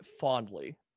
fondly